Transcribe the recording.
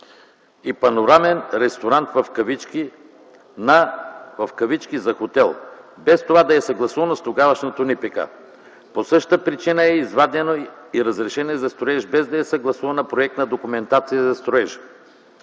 и „панорамен ресторант” на „за хотел”, без това да е съгласувано с тогавашното НИПК. По същата причина е изведено и разрешение за строеж, без да е съгласувана проектна документация за строежа.